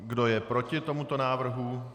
Kdo je proti tomuto návrhu?